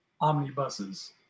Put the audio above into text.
omnibuses